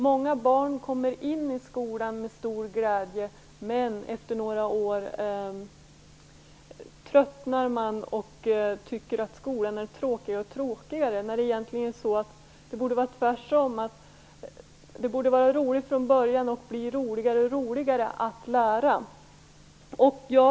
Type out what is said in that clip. Många barn kommer in i skolan med stor glädje men tröttnar efter några år och tycker att skolan blir tråkigare och tråkigare, när det egentligen borde var tvärtom. Det borde vara roligt från början och bli roligare och roligare att lära.